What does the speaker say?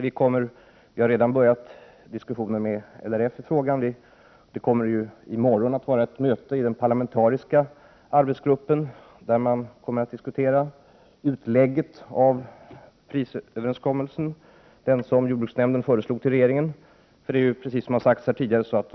Vi har redan påbörjat diskussioner i frågan med LRF. I morgon kommer den parlamentariska arbetsgruppen att hålla ett möte där man skall diskutera utlägget av prisöverenskommelsen, som jordbruksnämnden föreslog till regeringen. De svenska bönderna skall givetvis, som har sagts här tidigare, få — Prot.